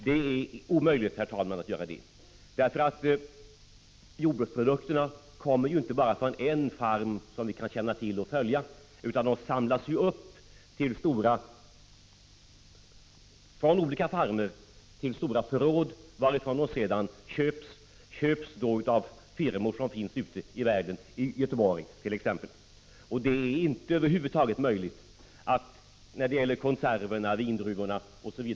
Det är omöjligt, herr talman, att göra det. Jordbruksprodukterna kommer nämligen inte bara från en farm som man känner till och kan följa, utan produkterna samlas upp från olika farmer till stora förråd, varifrån de sedan köps av firmor ute i världen, t.ex. i Göteborg. Det är över huvud taget inte möjligt när det gäller konserver, vindruvor, etc.